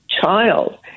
child